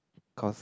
cause